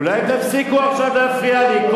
אולי תפסיקו עכשיו להפריע לי?